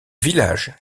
village